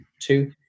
two